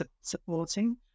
supporting